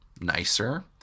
nicer